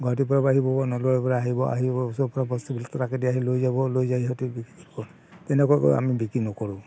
গুৱাহাটীৰ পৰা আহিব বা নলবাৰীৰ পৰা আহিব আহিব ওচৰৰ পৰা বস্তুবিলাক ট্ৰাকেদি আহি লৈ যাব লৈ যাই সিহঁতি বিক্ৰী কৰে তেনেকুৱাকৈ আমি বিক্ৰী নকৰোঁ